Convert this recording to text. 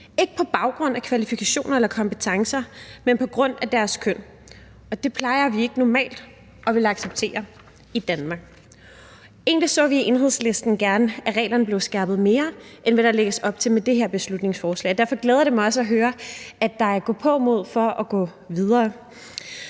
ikke på baggrund af kvalifikationer eller kompetencer, men på grund af deres køn. Og det plejer vi ikke normalt at ville acceptere i Danmark. Egentlig så vi i Enhedslisten gerne, at reglerne blev skærpet mere, end hvad der lægges op til med det her beslutningsforslag. Og derfor glæder det mig også at høre, at der er et gåpåmod med hensyn til at gå videre.